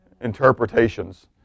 interpretations